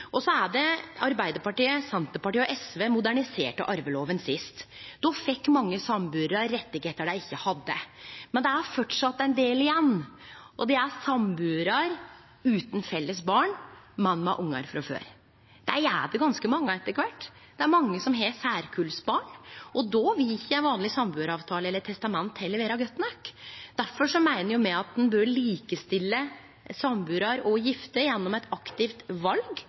Arbeidarpartiet, Senterpartiet og SV moderniserte arveloven sist. Då fekk mange sambuarar rettar dei ikkje hadde. Men det er framleis ein del igjen, og det gjeld sambuarar utan felles barn, men med ungar frå før. Dei er det ganske mange av etter kvart, det er mange som har særkullsbarn, og då vil ikkje ein vanleg sambuaravtale eller eit testamente vere godt nok. Difor meiner me at ein bør likestille sambuarar og gifte gjennom eit aktivt val,